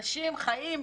אנשים חיים,